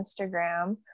Instagram